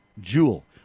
jewel